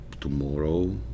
tomorrow